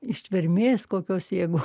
ištvermės kokios jeigu